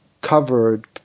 covered